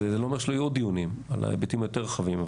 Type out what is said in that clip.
זה לא אומר שלא יהיו עוד דיונים על ההיבטים היותר רחבים,